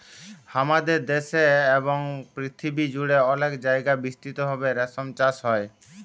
হামাদের দ্যাশে এবং পরথিবী জুড়ে অলেক জায়গায় বিস্তৃত ভাবে রেশম চাস হ্যয়